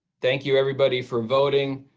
thank you everybody for voting.